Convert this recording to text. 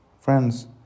friends